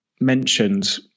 mentioned